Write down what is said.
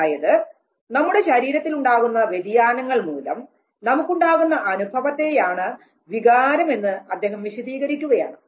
അതായത് നമ്മുടെ ശരീരത്തിൽ ഉണ്ടാകുന്ന വ്യതിയാനങ്ങൾ മൂലം നമുക്കുണ്ടാകുന്ന അനുഭവത്തെ ആണ് വികാരം എന്ന് അദ്ദേഹം വിശദീകരിക്കുകയാണ്